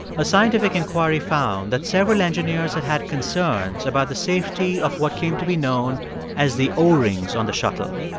a scientific inquiry found that several engineers had had concerns about the safety of what came to be known as the o-rings on the shuttle.